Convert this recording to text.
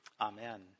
amen